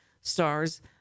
stars